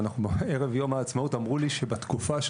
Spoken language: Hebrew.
אבל אנחנו ערב יום העצמאות אמרו לי שבתקופה של